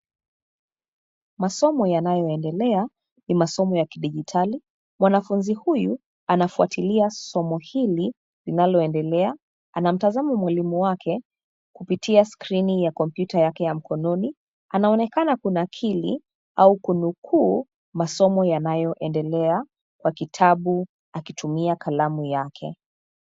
Masomo yanayoendelea ni masomo ya kidigitali. Mwanafunzi huyu anafuatilia somo hili linaloendelea. Anamtazama mwalimu wake, kupitia skrini ya kompyuta yake ya mkononi. Anaonekana kunakili au kunukuu masomo yanayoendelea kwa kitabu akitumia kalamu yake.